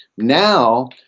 Now